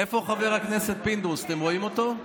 איפה חבר הכנסת פינדרוס, אתם רואים אותו?